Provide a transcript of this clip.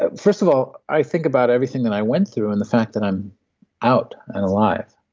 ah first of all, i think about everything that i went through, and the fact that i'm out and alive,